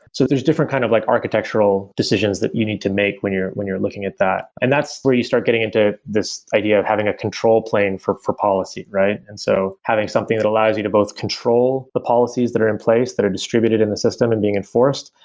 so there's different kind of like architectural decisions that you need to make when you're when you're looking at that, and that's where you start getting into this idea of having a control plane for for policy. and so having something that allows you to both control the policies that are in place that are distributed in the system and being enforced,